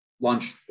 launch